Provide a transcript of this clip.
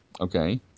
Okay